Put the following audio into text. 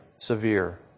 severe